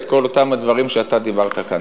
כל אותם הדברים שאתה דיברת עליהם כאן.